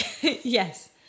yes